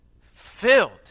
Filled